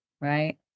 right